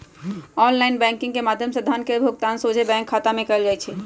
online banking के माध्यम से धन के भुगतान सोझे बैंक खता में कएल जाइ छइ